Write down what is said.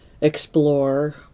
explore